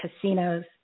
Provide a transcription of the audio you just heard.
casinos